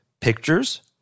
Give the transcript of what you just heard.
pictures